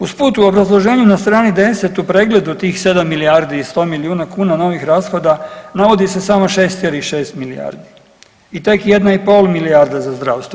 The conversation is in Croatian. Uz put u obrazloženju na strani 10 u pregledu tih 7 milijardi i 100 milijuna kuna novih rashoda navodi se samo 6,6, milijardi i tek 1,5 milijarda za zdravstvo.